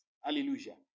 Hallelujah